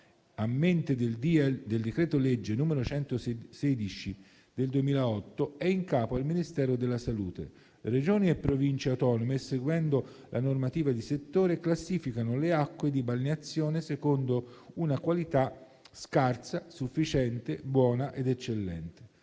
a mente del decreto-legge n. 116 del 2008, è in capo al Ministero della salute. Regioni e Province autonome, seguendo la normativa di settore, classificano le acque di balneazione secondo una qualità scarsa, sufficiente, buona ed eccellente.